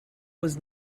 was